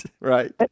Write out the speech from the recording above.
Right